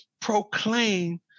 proclaim